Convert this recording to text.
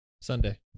Sunday